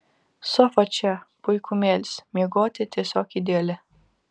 sofa čia puikumėlis miegoti tiesiog ideali